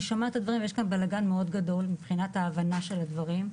אני שומעת את הדברים ויש פה בלגן גדול מבחינת ההבנה של הדברים,